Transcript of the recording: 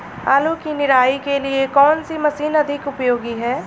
आलू की निराई के लिए कौन सी मशीन अधिक उपयोगी है?